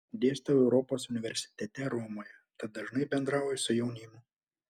dėstau europos universitete romoje tad dažnai bendrauju su jaunimu